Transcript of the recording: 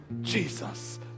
Jesus